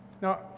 Now